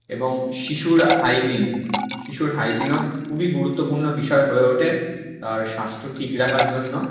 এবং শিশুর হাইজিন শিশুর হাইজিনও খুবই গুরুত্বপূর্ণ বিষয় হয়ে ওঠে স্বাস্থ্য ঠিক রাখার জন্য